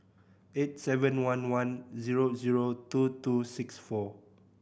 eight seven one one zero zero two two six four